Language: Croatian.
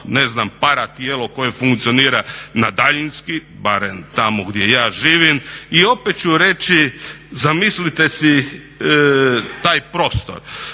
ne znam para tijelo koje funkcionira na daljinski barem tamo gdje ja živim. I opet ću reći zamislite si taj prostor,